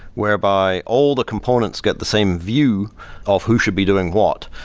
whereby all the components get the same view of who should be doing what.